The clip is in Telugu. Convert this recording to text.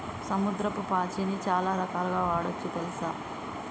సముద్రపు పాచిని చాలా రకాలుగ వాడొచ్చు తెల్సా